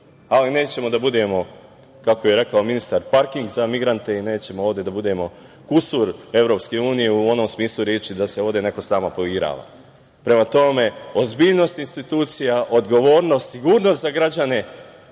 Ali, nećemo da budemo, kako je rekao ministar, parking za migrante i nećemo ovde da budemo kusur EU u onom smislu reči da se ovde neko sa nama poigrava. Prema tome, ozbiljnost institucija, odgovornost, sigurnost za građane,